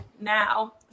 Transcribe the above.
now